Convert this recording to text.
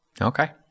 okay